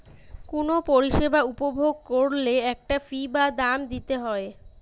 কুনো পরিষেবা উপভোগ কোরলে একটা ফী বা দাম দিতে হই